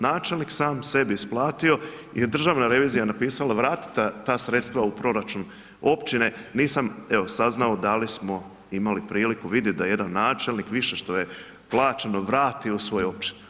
Načelnik sam sebi isplatio, državna revizija napisala vratiti za sredstva u proračun općine, nisam evo saznao da li smo imali priliku vidjeti da jedan načelnik, više što je plaćeno vratio svojoj općini.